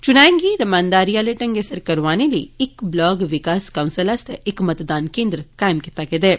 चुनाएं गी रमानदारी आले ढंगै सिर करौआने लेई इक ब्लाक विकास कौंसल आस्तै इक मतदान केन्द्र कायम कीता गेआ ऐ